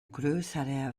grössere